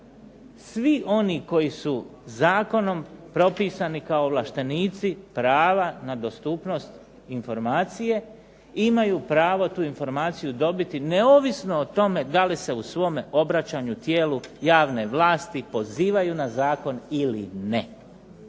Svi oni koji su zakonom propisani kao ovlaštenici prava na dostupnost informacije imaju pravo tu informaciju dobiti neovisno o tome da li se u svome obraćanju tijelu javne vlasti pozivaju na zakon ili ne.